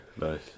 Nice